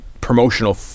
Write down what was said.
promotional